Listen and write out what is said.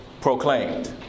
proclaimed